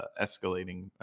escalating